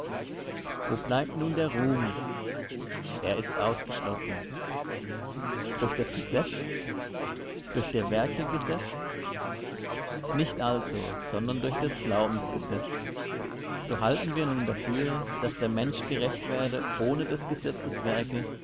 wo bleibt nun der ruhm er ist ausgeschlossen durch das gesetz durch der werke gesetz nicht also sondern durch des glaubens gesetz so halten wir nun dafür daß der mensch gerecht werde ohne des gesetzes werke